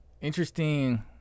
interesting